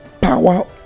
power